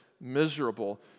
miserable